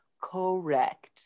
correct